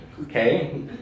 okay